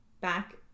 back